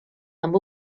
amb